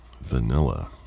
vanilla